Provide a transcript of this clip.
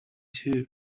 too